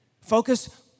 Focus